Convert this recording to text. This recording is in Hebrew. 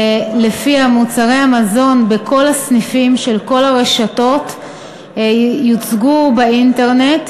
שלפיה מחירי מוצרי המזון בכל הסניפים של כל הרשתות יוצגו באינטרנט.